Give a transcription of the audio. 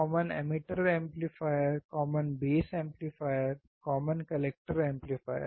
common emitter amplifier common base amplifier common collector amplifier